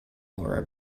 laura